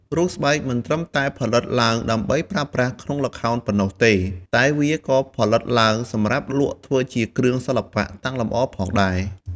រូបស្បែកមិនត្រឹមតែផលិតឡើងដើម្បីប្រើប្រាស់ក្នុងល្ខោនប៉ុណ្ណោះទេ តែវាក៏ផលិតឡើងសម្រាប់លក់ធ្វើជាគ្រឿងសិល្បៈតាំងលម្អផងដែរ។